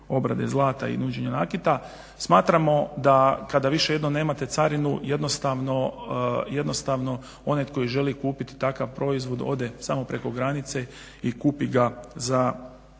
obrade zlata i …/Ne razumije se./… nakita smatramo da kada više jednom nemate carinu jednostavno onaj koji želi kupiti takav proizvod ode samo preko granice i kupi ga za